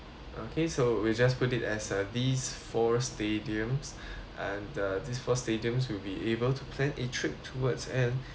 okay so we'll just put it as uh these four stadiums and uh these four stadiums will be able to plan a trip towards end